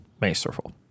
masterful